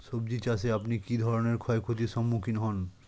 সবজী চাষে আপনি কী ধরনের ক্ষয়ক্ষতির সম্মুক্ষীণ হন?